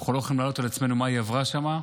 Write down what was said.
שאנחנו לא יכולים להעלות על דעתנו מה היא עברה שם,